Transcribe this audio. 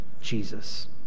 Jesus